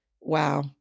Wow